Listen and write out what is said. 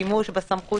שהשימוש בסמכות,